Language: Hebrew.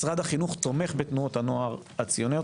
משרד החינוך תומך בתנועות הנוער הציוניות